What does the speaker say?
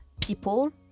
people